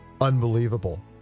unbelievable